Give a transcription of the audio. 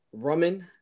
Rummin